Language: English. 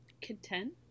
Content